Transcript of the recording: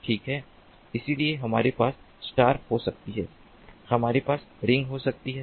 ठीक है इसलिए हमारे पास स्टार हो सकती है हमारे पास रिंग हो सकती है